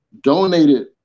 donated